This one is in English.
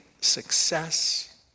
success